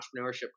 entrepreneurship